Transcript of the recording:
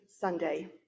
Sunday